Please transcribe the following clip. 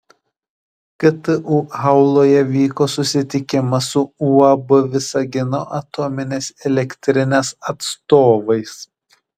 ktu auloje vyko susitikimas su uab visagino atominės elektrinės atstovais